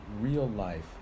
real-life